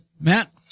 Matt